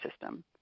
system